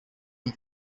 iyi